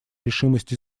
решимость